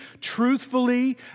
truthfully